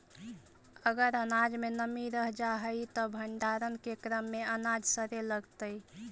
अगर अनाज में नमी रह जा हई त भण्डारण के क्रम में अनाज सड़े लगतइ